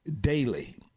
daily